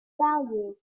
value